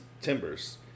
Timbers